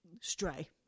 stray